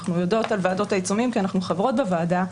אנחנו יודעות על ועדות העיצומים כי אנחנו חברות בוועדה,